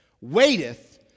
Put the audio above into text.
waiteth